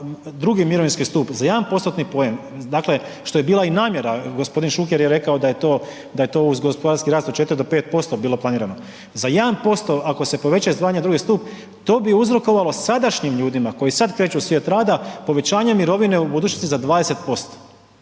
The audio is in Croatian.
drugi mirovinski stup, za jedan postotni poen, dakle što je bila i namjera, gospodin Šuker je rekao da je to uz gospodarski rast od 4 do 5% bilo planirano. Za 1% ako se povećaju izdvajanja u drugi stup to bi uzrokovalo sadašnjim ljudima koji sada kreću u svijet rada povećanje mirovine u budućnosti za 20%.